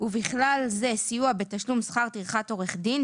ובכלל זה סיוע בתשלום שכר טרחת עורך דין,